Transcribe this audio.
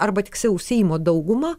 arba tiksliau seimo daugumą